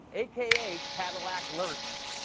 a k a. cadillac lurch.